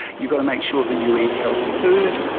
you've got to make sure that you eat healthy food,